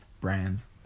brands